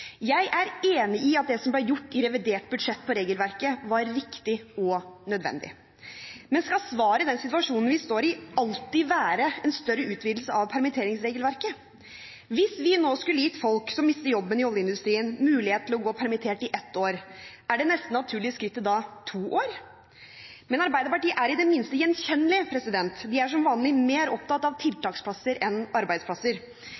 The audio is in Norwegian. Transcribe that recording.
Jeg er enig i at det som ble gjort i revidert budsjett på regelverket, var riktig og nødvendig. Men skal svaret i den situasjonen vi står i, alltid være en større utvidelse av permitteringsregelverket? Hvis vi nå skulle gitt folk som mister jobben i oljeindustrien, mulighet til å gå permittert i ett år, er det neste naturlige skrittet da to år? Men Arbeiderpartiet er i det minste gjenkjennelig. De er som vanlig mer opptatt av tiltaksplasser enn arbeidsplasser.